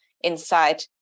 inside